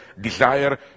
desire